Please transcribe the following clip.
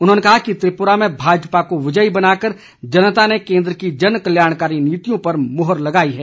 उन्होंने कहा है कि त्रिपुरा में भाजपा को विजयी बनाकर जनता ने केंद्र की जन कल्याणकारी नीतियों पर मोहर लगाई है